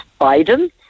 Biden